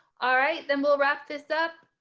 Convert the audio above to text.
all right, then we'll wrap this up.